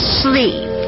sleep